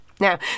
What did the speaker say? Now